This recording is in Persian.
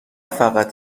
فقط